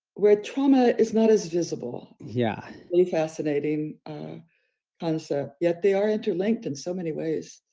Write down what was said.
where trauma is not as visible. yeah, a fascinating concept, yet, they are interlinked in so many ways.